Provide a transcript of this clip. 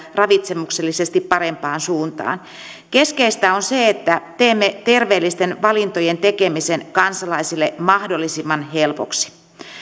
ravitsemuksellisesti parempaan suuntaan keskeistä on se että teemme terveellisten valintojen tekemisen kansalaisille mahdollisimman helpoksi